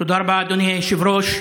תודה רבה, אדוני היושב-ראש.